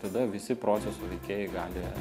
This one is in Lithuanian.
tada visi proceso veikėjai gali